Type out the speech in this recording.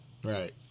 Right